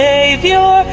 Savior